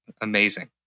Amazing